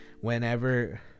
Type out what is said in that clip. Whenever